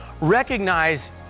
Recognize